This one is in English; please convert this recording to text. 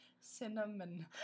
cinnamon